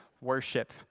worship